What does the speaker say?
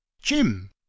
Jim